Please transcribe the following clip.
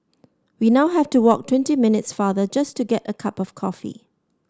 we now have to walk twenty minutes farther just to get a cup of coffee